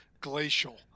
glacial